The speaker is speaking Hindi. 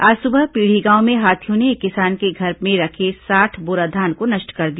आज सुबह पीढ़ी गांव में हाथियों ने एक किसान के घर में रखे साठ बोरा धान को नष्ट कर दिया